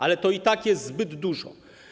Ale to i tak jest zbyt dużo.